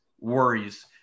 worries